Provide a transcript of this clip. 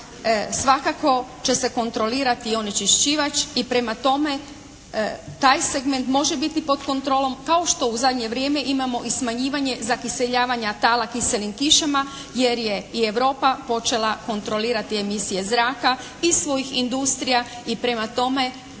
svakako će se kontrolirati onečišćivač i prema tome taj segment može biti pod kontrolom kao što u zadnje vrijeme imamo i smanjivanje zakiseljavanja tala kiselim kišama jer je i Europa počela kontrolirati emisije zraka iz svojih industrija i prema tome